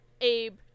Abe